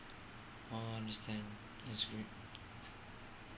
oh understand that's great